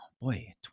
boy